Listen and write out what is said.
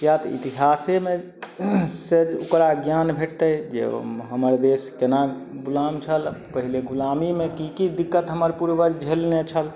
किएक तऽ इतिहासेमे सँ ओकरा ज्ञान भेटतइ जे हमर देश केना गुलाम छल पहिले गुलामीमे की की दिक्कत हमर पूर्वज झेलने छल